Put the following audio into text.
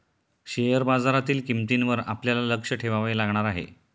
share बाजारातील किंमतींवर आपल्याला लक्ष ठेवावे लागणार आहे